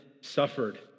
suffered